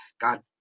god